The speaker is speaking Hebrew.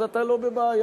אתה לא בבעיה.